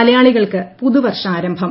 മലയാളികൾക്ക് പുതൂവ്ൻഷാരംഭം